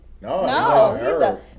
No